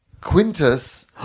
Quintus